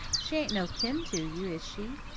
she ain't no kin to you, is she?